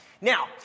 Now